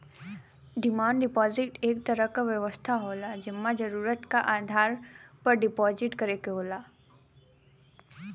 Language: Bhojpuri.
डिमांड डिपाजिट एक तरह क व्यवस्था होला जेमन जरुरत के आधार पर डिपाजिट करे क होला